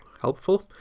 Helpful